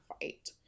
fight